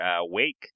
wake